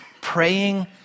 praying